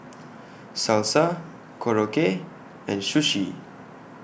Salsa Korokke and Sushi